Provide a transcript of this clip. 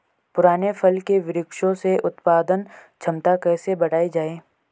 पुराने फल के वृक्षों से उत्पादन क्षमता कैसे बढ़ायी जाए?